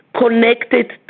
connected